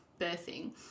birthing